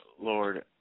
Lord